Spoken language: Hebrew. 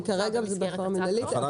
זה מה שמוצע במסגרת הצעת החוק.